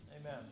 Amen